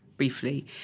briefly